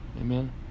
Amen